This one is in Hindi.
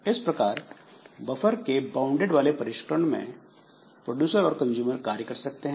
इस प्रकार बफर के बाउंडेड वाले परिष्करण में प्रोड्यूसर और कंजूमर कार्य कर सकते हैं